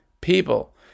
people